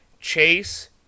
Chase